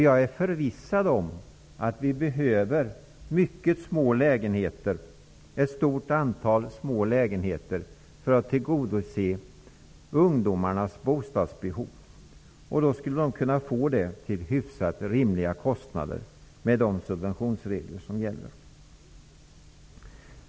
Jag är förvissad om att vi behöver ett stort antal små lägenheter för att tillgodose ungdomarnas bostadsbehov. Med de subventionsregler som gäller skulle de då kunna få dem till hyfsat rimliga priser.